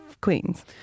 queens